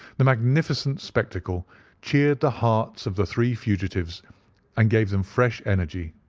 the magnificent spectacle cheered the hearts of the three fugitives and gave them fresh energy.